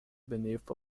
beneath